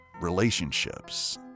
relationships